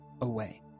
away